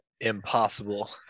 Impossible